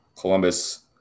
Columbus